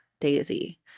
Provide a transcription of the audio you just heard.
Daisy